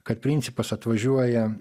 kad principas atvažiuoja